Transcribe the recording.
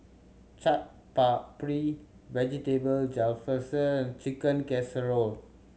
Chaat Papri Vegetable Jalfrezi and Chicken Casserole